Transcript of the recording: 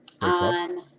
on